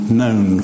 known